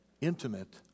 intimate